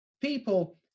people